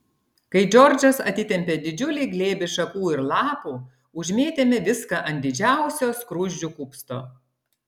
kai džordžas atitempė didžiulį glėbį šakų ir lapų užmėtėme viską ant didžiausio skruzdžių kupsto